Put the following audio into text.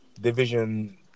Division